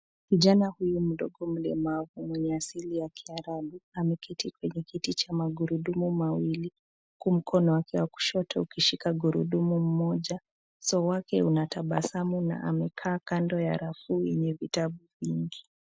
Kijana huyu mdogo mlemavu mwenye asili ya kiarabu ameketi kwenye kiti cha magurudumu mawili huku mkono wake wa kushoto ukishika gurudumu moja uso wake unatabasamu na amekaa kando ya rafu yenye vitabu vingi.